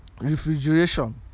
refrigeration